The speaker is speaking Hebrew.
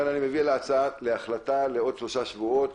לכן אני מביא להצבעה את ההחלטה לעוד שלושה שבועות,